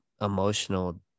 emotional